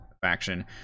faction